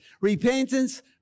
Repentance